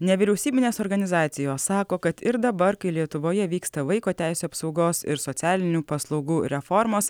nevyriausybinės organizacijos sako kad ir dabar kai lietuvoje vyksta vaiko teisių apsaugos ir socialinių paslaugų reformos